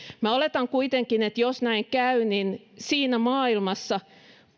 minä oletan kuitenkin että jos näin käy niin siinä maailmassa